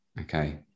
okay